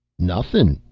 nothin',